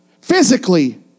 physically